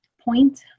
point